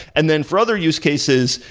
and then for other use cases,